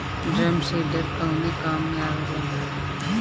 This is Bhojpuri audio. ड्रम सीडर कवने काम में आवेला?